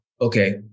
okay